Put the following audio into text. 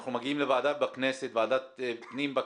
אנחנו מגיעים לוועדת פנים בכנסת,